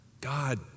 God